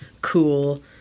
cool